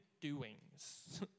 doings